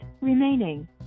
remaining